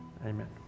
Amen